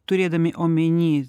turėdami omeny